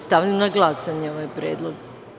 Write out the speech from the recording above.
Stavljam na glasanje ovaj predlog.